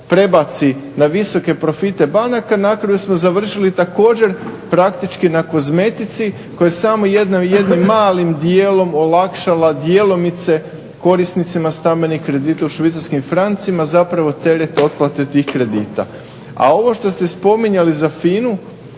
prebaci na visoke profite banaka na kraju smo završili također praktički na kozmetici koja je samo u jednom malom dijelu olakšala djelomice korisnicima stambenih kredita u švicarskim francima teret otplate tih kredita. A ovo što ste spominjali za FINA-u